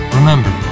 Remember